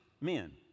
men